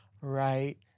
right